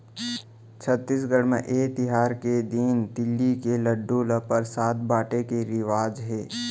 छत्तीसगढ़ म ए तिहार के दिन तिली के लाडू ल परसाद बाटे के रिवाज हे